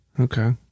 Okay